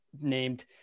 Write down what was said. named